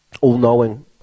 all-knowing